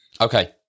Okay